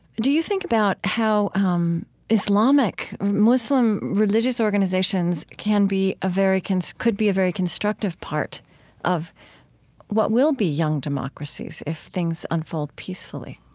do you think about how um islamic muslim religious organizations can be a very so could be a very constructive part of what will be young democracies if things unfold peacefully?